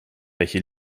welche